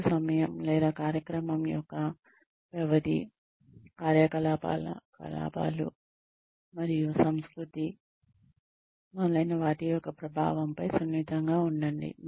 రోజు సమయం లేదా కార్యక్రమం యొక్క వ్యవధి కార్యాలయ కార్యకలాపాలు మరియు సంస్కృతి మొదలైన వాటి యొక్క ప్రభావంపై సున్నితంగా ఉండండి